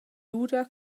lura